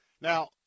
Now